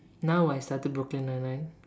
now I started Brooklyn nine-nine